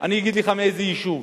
אני אגיד לך מאיזה יישוב,